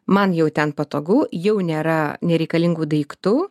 man jau ten patogu jau nėra nereikalingų daiktų